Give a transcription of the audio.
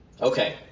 Okay